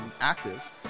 active